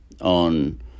on